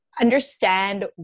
understand